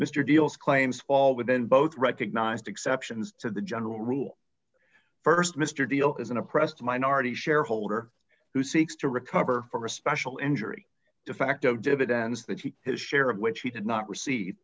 mr deal's claims fall within both recognized exceptions to the general rule st mr dio is an oppressed minority shareholder who seeks to recover from a special injury defacto dividends that he his share of which he did not recei